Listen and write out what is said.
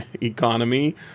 economy